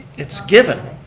it's given.